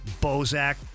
Bozak